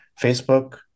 Facebook